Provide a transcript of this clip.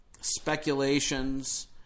speculations